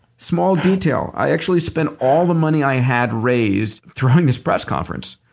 small detail. i actually spent all the money i had raised throwing this press conference.